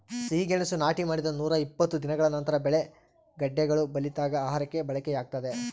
ಸಿಹಿಗೆಣಸು ನಾಟಿ ಮಾಡಿದ ನೂರಾಇಪ್ಪತ್ತು ದಿನಗಳ ನಂತರ ಬೆಳೆ ಗೆಡ್ಡೆಗಳು ಬಲಿತಾಗ ಆಹಾರಕ್ಕೆ ಬಳಕೆಯಾಗ್ತದೆ